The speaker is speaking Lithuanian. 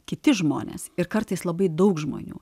kiti žmonės ir kartais labai daug žmonių